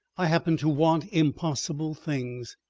i happened to want impossible things.